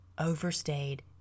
overstayed